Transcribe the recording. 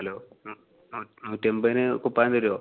നൂറ്റന്പയിന് കുപ്പായം തരുവോ